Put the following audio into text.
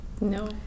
no